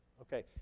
Okay